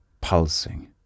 pulsing